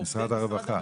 --- משרד הרווחה.